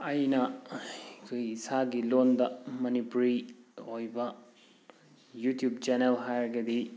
ꯑꯩꯅ ꯑꯩꯈꯣꯏ ꯏꯁꯥꯒꯤ ꯂꯣꯟꯗ ꯃꯅꯤꯄꯨꯔꯤ ꯑꯣꯏꯕ ꯌꯨꯇ꯭ꯌꯨꯕ ꯆꯦꯅꯦꯜ ꯍꯥꯏꯔꯒꯗꯤ